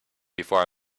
before